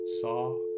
saw